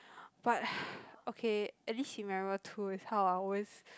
but okay at least he remember two is how I always